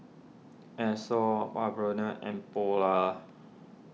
Asos Bioderma and Polar